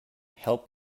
help